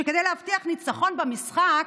שכדי להבטיח ניצחון במשחק,